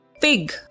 Pig